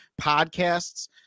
podcasts